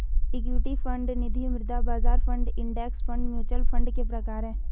equity fund ऋण निधिमुद्रा बाजार fund index fund mutual fund के प्रकार हैं